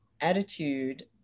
attitude